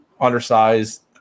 undersized